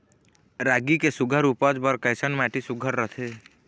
रागी के सुघ्घर उपज बर कैसन माटी सुघ्घर रथे?